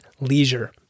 leisure